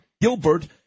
Gilbert